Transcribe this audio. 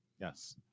Yes